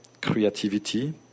creativity